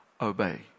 obey